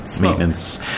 maintenance